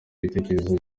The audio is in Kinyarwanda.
ibitekerezo